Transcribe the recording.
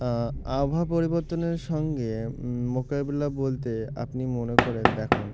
আবহাওয়া পরিবর্তনের সঙ্গে মোকাবিলা বলতে আপনি মনে করে দেখুন